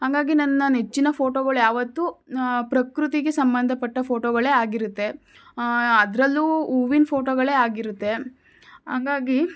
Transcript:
ಹಂಗಾಗಿ ನನ್ನ ನೆಚ್ಚಿನ ಫೋಟೋಗಳು ಯಾವತ್ತೂ ಪ್ರಕೃತಿಗೆ ಸಂಬಂಧಪಟ್ಟ ಫೋಟೋಗಳೇ ಆಗಿರುತ್ತೆ ಅದರಲ್ಲೂ ಹೂವಿನ ಫೋಟೋಗಳೇ ಆಗಿರುತ್ತೆ ಹಂಗಾಗಿ